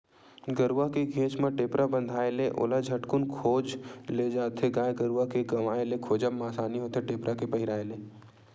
गरुवा के घेंच म टेपरा बंधाय ले ओला झटकून खोज ले जाथे गाय गरुवा के गवाय ले खोजब म असानी होथे टेपरा के पहिराय ले